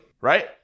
Right